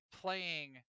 playing